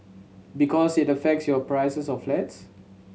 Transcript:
because it affects your prices of flats